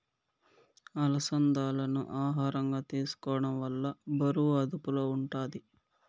అలసందాలను ఆహారంగా తీసుకోవడం వల్ల బరువు అదుపులో ఉంటాది